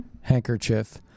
handkerchief